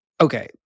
okay